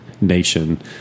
nation